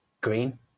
green